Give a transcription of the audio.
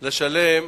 לשלם